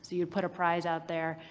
so you put a prize out there.